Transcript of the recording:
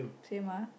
same ah